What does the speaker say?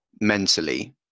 mentally